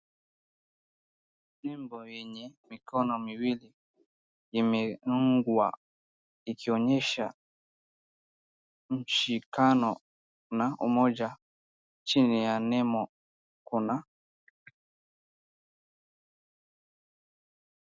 Nembo yenye mikono miwili imeungwa ikionyesha mshikano na umoja. Chini ya nembo kuna.